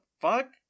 fuck